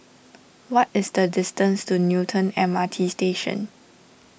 what is the distance to Newton M R T Station